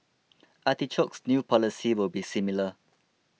artichoke's new policy will be similar